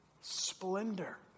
splendor